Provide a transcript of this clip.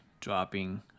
dropping